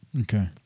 Okay